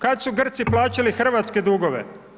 Kada su Grci plaćali hrvatske dugove?